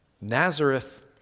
Nazareth